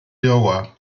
iowa